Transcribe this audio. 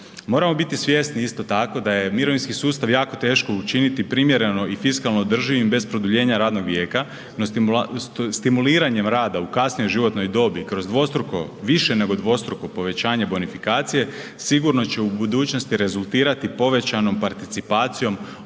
Moramo biti svjesni isto tako da je mirovinski sustav jako teško učiniti primjereno i fiskalno održivim bez produljenja radnog vijeka, no stimuliranjem rada u kasnijoj životnoj dobi kroz dvostruko, više nego dvostruko povećanje bonifikacije sigurno će u budućnosti rezultirati povećanom participacijom